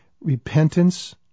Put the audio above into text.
repentance